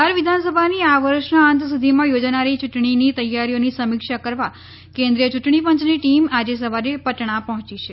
બિહાર વિધાનસભાની આ વર્ષના અંત સુધીમાં યોજાનારી ચૂંટણીની તૈયારીઓની સમીક્ષા કરવા કેન્દ્રીય ચૂંટણી પંચની ટીમ આજે સવારે પટણા પહોંચી છે